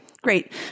great